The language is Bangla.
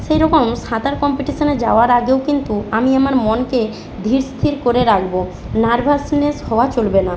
সেই রকম সাঁতার কম্পিটিশনে যাওয়ার আগেও কিন্তু আমি আমার মনকে ধীর স্থির করে রাখব নার্ভাসনেস হওয়া চলবে না